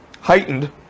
heightened